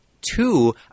two